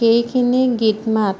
সেইখিনি গীত মাত